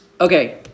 Okay